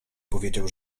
powiedział